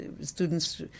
students